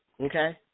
Okay